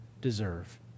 deserve